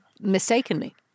mistakenly